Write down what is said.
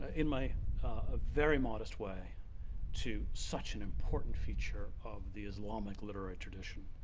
in my very modest way to such an important feature of the islamic literary tradition.